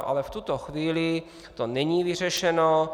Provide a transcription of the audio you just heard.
Ale v tuto chvíli to není vyřešeno.